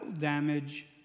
damage